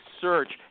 search